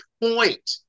point